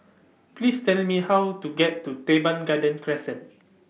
Please Tell Me How to get to Teban Garden Crescent